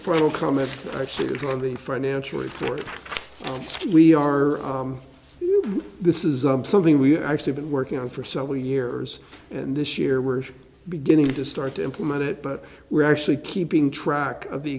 final comment i see is on the financial report we are this is something we have actually been working on for several years and this year we're beginning to start to implement it but we're actually keeping track of the